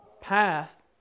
path